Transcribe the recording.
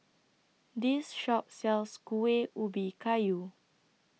This Shop sells Kuih Ubi Kayu